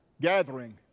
gathering